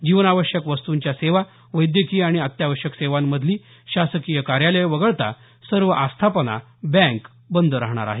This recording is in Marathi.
जीवनावश्यक वस्तुंच्या सेवा वैद्यकीय आणि अत्यावश्यक सेवांमधली शासकीय कार्यालयं वगळता सर्व आस्थापना बँक बंद राहणार आहेत